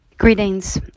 Greetings